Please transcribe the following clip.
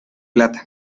plata